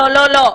לא, לא, לא.